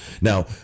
Now